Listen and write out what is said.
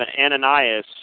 Ananias